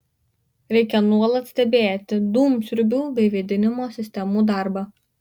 reikia nuolat stebėti dūmsiurbių bei vėdinimo sistemų darbą